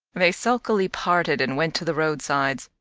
they sulkily parted and went to the roadsides.